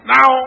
Now